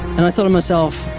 and i thought to myself,